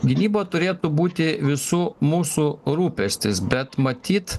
gynyba turėtų būti visų mūsų rūpestis bet matyt